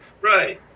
Right